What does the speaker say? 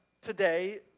today